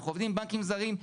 אנחנו עובדים עם בנקים זרים,